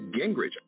Gingrich